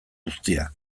guztia